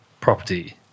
property